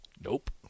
Nope